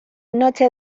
noche